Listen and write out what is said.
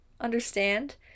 Understand